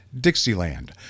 Dixieland